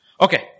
Okay